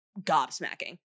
gobsmacking